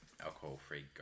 Alcohol-Free